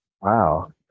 wow